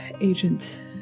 Agent